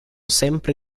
sempre